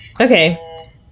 Okay